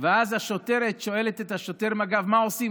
ואז השוטרת שואלת את שוטר מג"ב מה עושים,